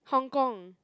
Hong Kong